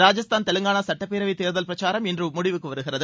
ராஜஸ்தான் தெலங்கானா சட்டப்பேரவை தேர்தல் பிரச்சாரம் இன்று முடிவுக்கு வருகிறது